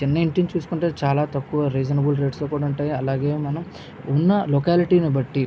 చిన్న ఇంటిని చూసుకుంటే చాలా తక్కువ రీజనబుల్ రేట్స్లో కూడా ఉంటాయి అలాగే మనము ఉన్న లొకాలిటీని బట్టి